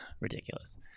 Ridiculous